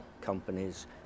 companies